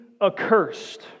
Accursed